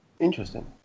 Interesting